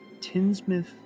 Tinsmith